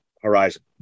horizon